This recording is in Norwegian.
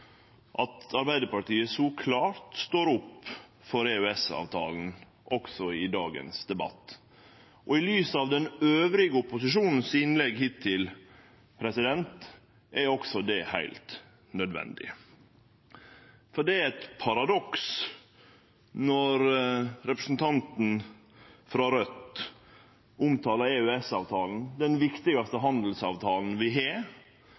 at Arbeidarpartiet så klart står opp for EØS-avtalen også i dagens debatt. I lys av innlegga til opposisjonen elles hittil er det også heilt nødvendig. For det er eit paradoks når representanten frå Raudt omtaler EØS-avtalen, den viktigaste handelsavtalen vi har,